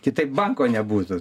kitaip banko nebūtų